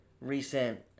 recent